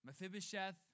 Mephibosheth